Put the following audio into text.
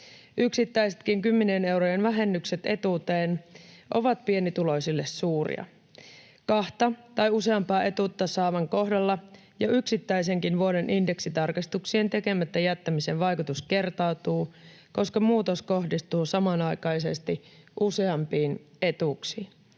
Yksittäisetkin kymmenien eurojen vähennykset etuuteen ovat pienituloisille suuria. Kahta tai useampaa etuutta saavan kohdalla jo yksittäisenkin vuoden indeksitarkistuksien tekemättä jättämisen vaikutus kertautuu, koska muutos kohdistuu samanaikaisesti useampiin etuuksiin.